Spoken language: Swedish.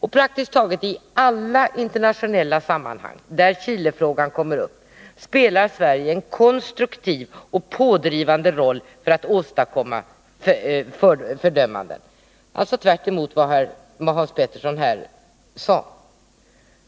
I praktiskt taget alla internationella sammanhang där Chilefrågan kommer upp spelar Sverige en konstruktiv och pådrivande roll för att åstadkomma fördömande — alltså tvärtemot vad Hans Petersson här sade.